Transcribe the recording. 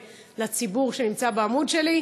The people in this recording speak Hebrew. לציבור שנמצא בעמוד שלי.